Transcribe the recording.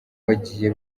bagiye